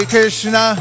Krishna